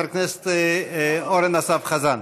חבר הכנסת אורן אסף חזן.